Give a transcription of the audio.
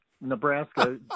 Nebraska